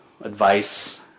advice